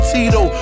Tito